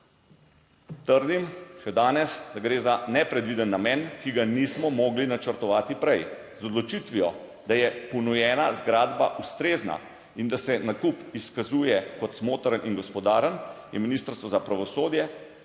Trdim še danes, da gre za nepredviden namen, ki ga nismo mogli načrtovati prej. Z odločitvijo, da je ponujena zgradba ustrezna in da se nakup izkazuje kot smotrn in gospodaren, je Ministrstvo za pravosodje